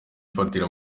ifatira